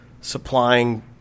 supplying